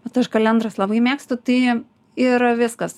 bet aš kalendras labai mėgstu tai ir viskas